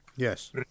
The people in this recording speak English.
Yes